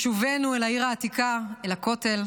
עם שובנו אל העיר העתיקה, אל הכותל.